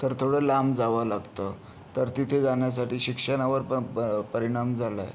तर थोडं लांब जावं लागतं तर तिथे जाण्यासाठी शिक्षणावर पण प परिणाम झाला आहे